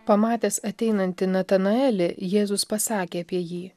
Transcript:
pamatęs ateinantį natanaelį jėzus pasakė apie jį